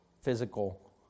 physical